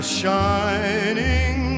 shining